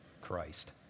Christ